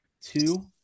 two